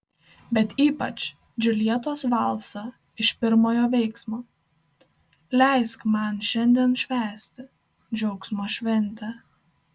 bet ypač džiuljetos valsą iš pirmojo veiksmo leisk man šiandien švęsti džiaugsmo šventę